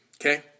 Okay